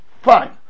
Fine